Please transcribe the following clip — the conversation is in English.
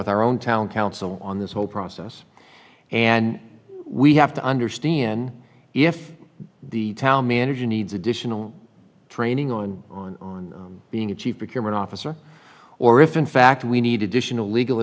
with our own town council on this whole process and we have to understand if the town manager needs additional training on on on being a chief became an officer or if in fact we need